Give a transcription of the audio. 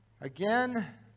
again